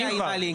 יהיה לינק.